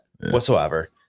whatsoever